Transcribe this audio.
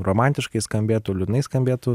romantiškai skambėtų liūdnai skambėtų